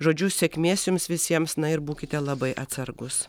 žodžiu sėkmės jums visiems na ir būkite labai atsargūs